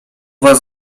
was